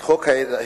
את חוק ההיעדרות